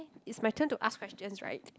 eh it's my turn to ask questions right